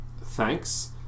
Thanks